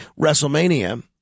WrestleMania